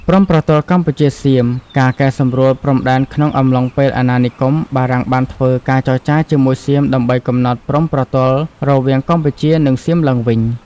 ព្រំប្រទល់កម្ពុជា សៀម ការកែសម្រួលព្រំដែនក្នុងអំឡុងពេលអាណានិគម បារាំងបានធ្វើការចរចាជាមួយសៀមដើម្បីកំណត់ព្រំប្រទល់រវាងកម្ពុជា និងសៀមឡើងវិញ។